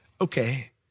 okay